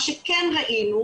מה שכן ראינו,